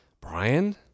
Brian